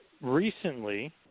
recently